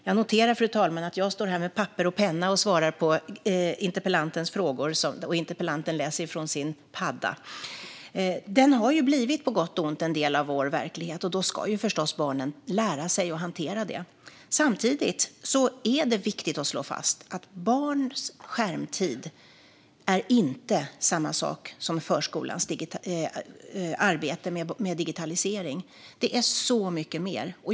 Jag noterar, fru talman, att jag står här med papper och penna och svarar på interpellantens frågor och att interpellanten läser från sin padda. Tekniken har på gott och ont blivit en del av vår verklighet, och då ska förstås barnen lära sig att hantera den. Samtidigt är det viktigt att slå fast att barns skärmtid inte är samma sak som förskolans arbete med digitalisering, som är så mycket mer.